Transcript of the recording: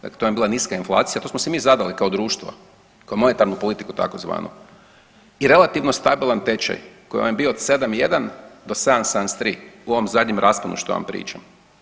Dakle, to vam je bila niska inflacija to smo si mi zadali kao društvo, kao monetarnu politiku tzv. i relativno stabilan tečaj koji vam je bio od 7,1 do 7,73 u ovom zadnjem rasponu što vam pričam.